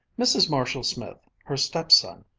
mrs. marshall-smith, her stepson,